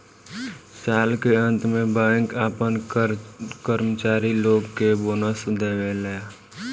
साल के अंत में बैंक आपना कर्मचारी लोग के बोनस देवेला